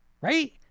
right